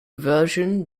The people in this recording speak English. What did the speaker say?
version